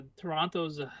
Toronto's